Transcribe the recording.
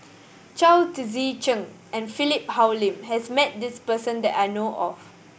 Chao Tzee Cheng and Philip Hoalim has met this person that I know of